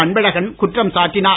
அன்பழகன் குற்றம் சாட்டினர்